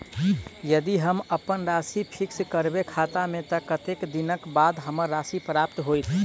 यदि हम अप्पन राशि फिक्स करबै खाता मे तऽ कत्तेक दिनक बाद हमरा राशि प्राप्त होइत?